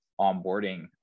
onboarding